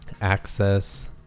access